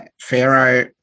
Pharaoh